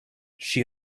she